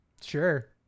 Sure